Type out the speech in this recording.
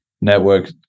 network